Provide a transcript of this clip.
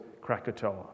Krakatoa